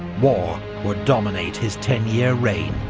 war would dominate his ten-year reign